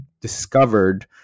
discovered